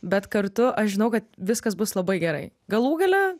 bet kartu aš žinau kad viskas bus labai gerai galų gale